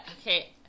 Okay